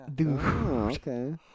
Okay